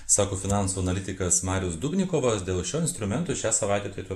sako finansų analitikas marius dubnikovas dėl šio instrumento šią savaitę turėtų